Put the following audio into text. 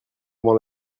avant